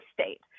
state